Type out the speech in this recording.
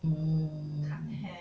mm